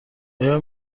آیا